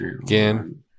again